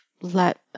let